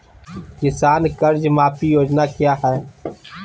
किसान कर्ज माफी योजना क्या है?